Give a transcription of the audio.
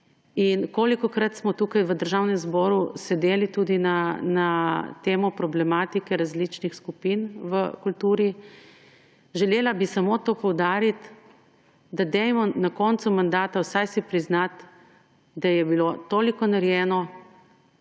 in kolikokrat smo tukaj v Državnem zboru sedeli tudi na temo problematike različnih skupin v kulturi. Želela bi samo to poudariti, da dajmo na koncu mandata vsaj si priznati, da je bilo toliko narejeno,